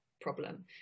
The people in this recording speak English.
problem